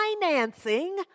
financing